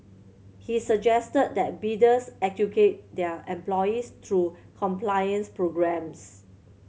he suggested that bidders educate their employees through compliance programmes